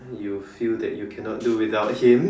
you feel that you cannot do without him